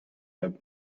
have